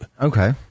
okay